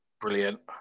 Brilliant